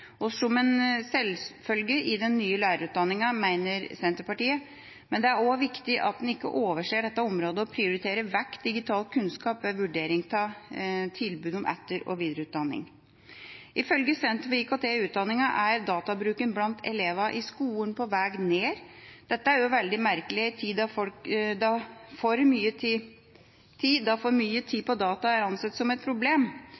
som er en selvfølge i den nye lærerutdanninga, mener Senterpartiet – men det er også viktig at en ikke overser dette området og prioriterer vekk digital kunnskap ved vurdering av tilbud om etter- og videreutdanning. Ifølge Senter for IKT i utdanninga er databruken blant elever i skolen på vei ned. Dette er jo veldig merkelig i en tid da for mye bruk av tid på data er ansett som et problem.